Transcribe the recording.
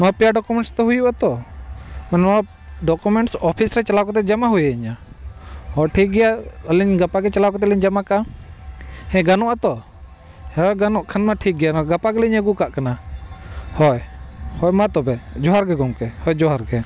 ᱱᱚᱣᱟ ᱯᱮᱭᱟ ᱰᱚᱠᱩᱢᱮᱱᱴᱥ ᱫᱚ ᱦᱩᱭᱩᱜᱼᱟ ᱛᱚ ᱱᱚᱣᱟ ᱰᱚᱠᱩᱢᱮᱱᱥ ᱚᱯᱷᱤᱥ ᱨᱮ ᱪᱟᱞᱟᱣ ᱠᱟᱛᱮᱫ ᱡᱚᱢᱟ ᱦᱩᱭᱟᱟᱹᱧᱟ ᱦᱳᱭ ᱴᱷᱤᱠ ᱜᱮᱭᱟ ᱟᱹᱞᱤᱧ ᱜᱟᱯᱟᱜᱮ ᱪᱟᱞᱟᱣ ᱠᱟᱛᱮᱫ ᱞᱤᱧ ᱡᱟᱢᱟ ᱠᱟᱜᱼᱟ ᱦᱮᱸ ᱜᱟᱱᱚᱜᱼᱟᱛᱚ ᱦᱮᱸ ᱜᱟᱱᱚᱜ ᱠᱷᱟᱱᱢᱟ ᱴᱷᱤᱠ ᱜᱮᱭᱟ ᱚᱱᱟ ᱜᱟᱯᱟ ᱜᱮᱞᱤᱧ ᱟᱹᱜᱩ ᱠᱟᱜ ᱠᱟᱱᱟ ᱦᱳᱭ ᱦᱳᱭ ᱢᱟ ᱛᱚᱵᱮ ᱡᱚᱦᱟᱨ ᱜᱮ ᱜᱚᱢᱠᱮ ᱦᱳᱭ ᱡᱚᱦᱟᱨ ᱜᱮ